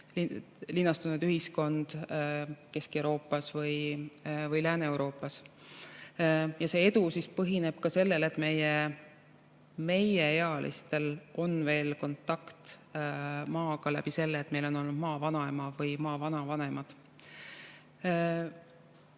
linnastunud ühiskonnal Kesk-Euroopas või Lääne-Euroopas. Ja see edu põhineb sellel, et meieealistel on kontakt maaga tänu sellele, et meil on olnud maavanaema või maavanavanemad.